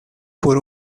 por